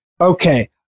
Okay